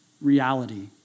reality